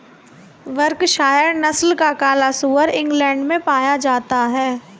Berkshire नस्ल का काला सुअर इंग्लैण्ड में पाया जाता है